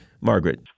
Margaret